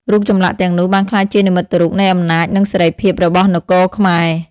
រូបចម្លាក់ទាំងនោះបានក្លាយជានិមិត្តរូបនៃអំណាច និងសិរីភាពរបស់នគរខ្មែរ។